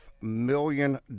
million